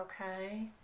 Okay